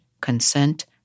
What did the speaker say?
Consent